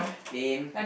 lame